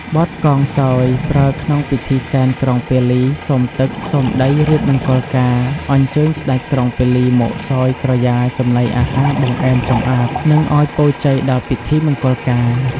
បទកងសោយ ប្រើក្នុងពិធីសែនក្រុងពាលី សុំទឹក សុំដីរៀបមង្គលការ អញ្ចើញស្ដេចក្រុងពាលីមកសោយក្រយាចំណីអាហារបង្អែមចម្អាប និងឱ្យពរជ័យដល់ពិធីមង្គលការ